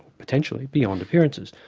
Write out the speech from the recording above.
potentially beyond appearances.